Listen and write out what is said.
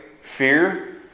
fear